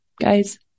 guys